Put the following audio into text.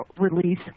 release